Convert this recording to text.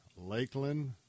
Lakeland